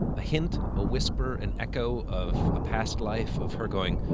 a hint, a whisper, an echo of a past life of her going,